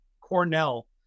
Cornell